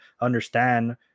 understand